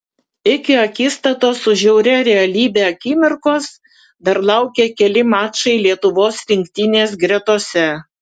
iki akistatos su žiauria realybe akimirkos dar laukė keli mačai lietuvos rinktinės gretose